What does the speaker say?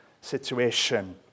situation